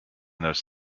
those